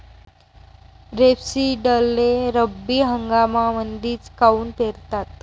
रेपसीडले रब्बी हंगामामंदीच काऊन पेरतात?